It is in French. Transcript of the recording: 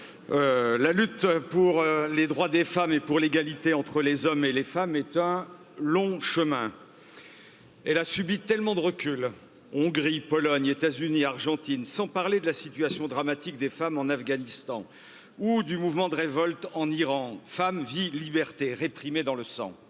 La lutte pour les droits des femmes et pour l'égalité entre les hommes et les femmes est un long chemin. Et elle a subi tellement de recul Hongrie, Pologne, États Unis, Argentine, sans parler de la situation dramatique des femmes en Afghanistan ou Iran. Femmes vit liberté réprimée dans le sang